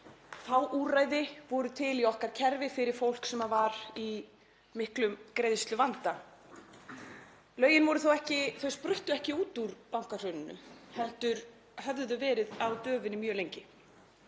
fá úrræði voru til í okkar kerfi fyrir fólk sem er í miklum greiðsluvanda. Lögin spruttu þó ekki út úr bankahruninu heldur höfðu verið á döfinni mjög lengi